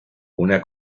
una